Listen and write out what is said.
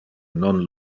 non